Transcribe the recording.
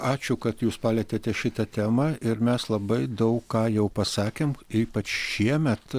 ačiū kad jūs palietėte šitą temą ir mes labai daug ką jau pasakėm ypač šiemet